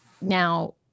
now